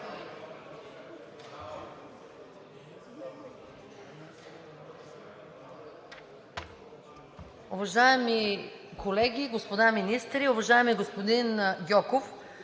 Уважаеми колеги, господа министри! Уважаеми господин Гьоков,